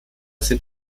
sind